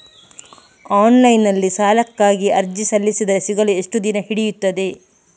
Online ನಲ್ಲಿ ಸಾಲಕ್ಕಾಗಿ ಅರ್ಜಿ ಸಲ್ಲಿಸಿದರೆ ಸಿಗಲು ಎಷ್ಟು ದಿನ ಹಿಡಿಯುತ್ತದೆ?